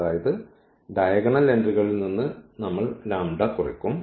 അതായത് ഡയഗണൽ എൻട്രികളിൽ നിന്ന് നമ്മൾ ഇവിടെ കുറയ്ക്കും